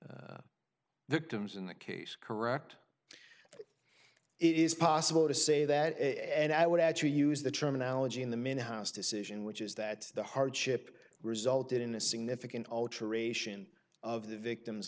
victims in the case correct it is possible to say that and i would actually use the terminology in the mini house decision which is that the hardship resulted in a significant alteration of the victim